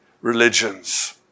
religions